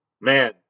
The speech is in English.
Man